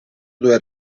due